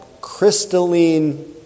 crystalline